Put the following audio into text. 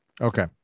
Okay